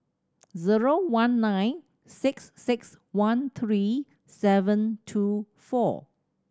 zero one nine six six one three seven two four